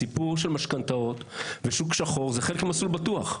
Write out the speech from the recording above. הסיפור של משכנתאות ושל שוק שחור זה חלק ממסלול בטוח.